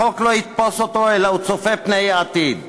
החוק לא יתפוס לגביו, אלא הוא צופה פני עתיד.